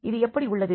இது எப்படி உள்ளது